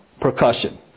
percussion